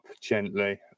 gently